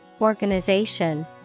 organization